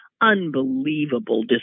unbelievable